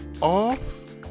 off